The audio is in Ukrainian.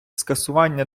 скасування